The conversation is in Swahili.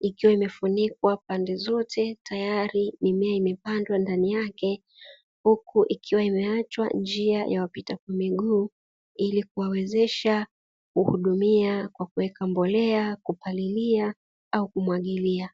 ikiwa imefunikwa pande zote, tayari mimea imepandwa ndani yake. Huku ikiwa imeachwa njia ya wapita miguu ili kuwawezesha kuhudumia, kuweka mbolea, kupalilia au kumwagilia.